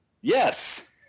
Yes